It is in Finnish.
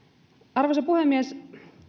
arvoisa puhemies